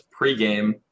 pregame